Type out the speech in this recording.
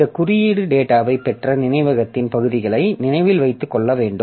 இந்த குறியீடு டேட்டாவைப் பெற்ற நினைவகத்தின் பகுதிகளை நினைவில் வைத்துக் கொள்ள வேண்டும்